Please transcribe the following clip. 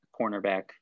cornerback